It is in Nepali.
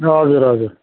हजुर हजुर